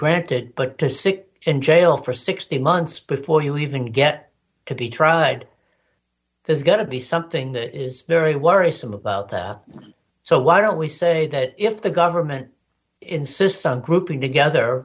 granted but to sit in jail for sixteen months before you even get to be tried there's got to be something that is very worrisome about that so why don't we say that if the government insists on grouping together